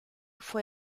fue